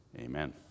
Amen